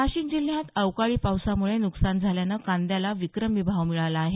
नाशिक जिल्ह्यात अवकाळी पावसामुळे नुकसान झाल्यानं कांद्याला विक्रमी भाव मिळाला आहे